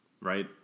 right